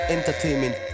Entertainment